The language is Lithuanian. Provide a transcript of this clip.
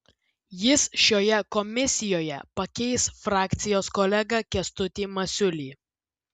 jis šioje komisijoje pakeis frakcijos kolegą kęstutį masiulį